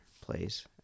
plays